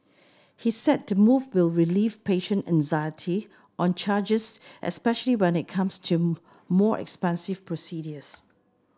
he said the move will relieve patient anxiety on charges especially when it comes to more expensive procedures